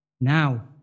now